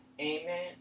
Amen